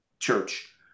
church